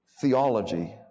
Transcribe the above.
theology